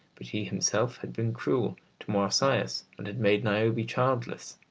but he himself had been cruel to marsyas and had made niobe childless.